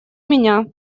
меня